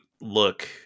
look